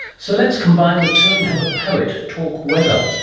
so, let's combine the two and have a poet talk weather.